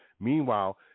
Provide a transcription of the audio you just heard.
Meanwhile